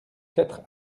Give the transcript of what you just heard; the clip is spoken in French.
quatre